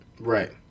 Right